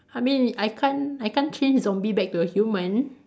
I mean I can't I can't change zombie back to a human